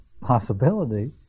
possibility